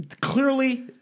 Clearly